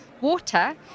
water